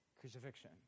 crucifixion